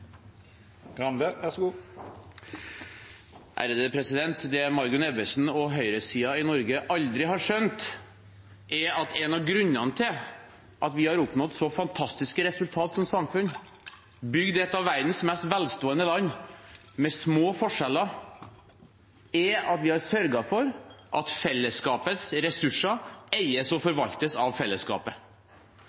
at en av grunnene til at vi har oppnådd så fantastiske resultater som samfunn og har bygd et av verdens mest velstående land med små forskjeller, er at vi har sørget for at fellesskapets ressurser eies og forvaltes av fellesskapet.